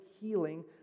healing